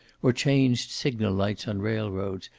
or changed signal-lights on railroads,